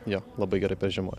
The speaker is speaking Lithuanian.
jo labai gerai peržiemojo